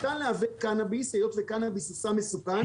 ניתן לייבא קנאביס היות וקנאביס הוא סם מסוכן